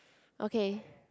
okay